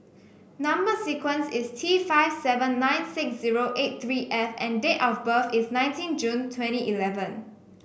number sequence is T five seven nine six zero eight three F and date of birth is nineteen June twenty eleven